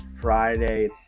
Friday